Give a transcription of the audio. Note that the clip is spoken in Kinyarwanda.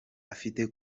afite